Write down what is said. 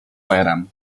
firearm